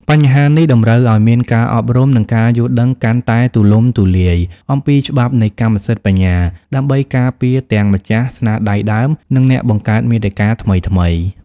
បញ្ហានេះតម្រូវឲ្យមានការអប់រំ និងការយល់ដឹងកាន់តែទូលំទូលាយអំពីច្បាប់នៃកម្មសិទ្ធិបញ្ញា ដើម្បីការពារទាំងម្ចាស់ស្នាដៃដើម និងអ្នកបង្កើតមាតិកាថ្មីៗ។